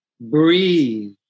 breathe